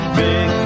big